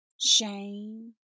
Shame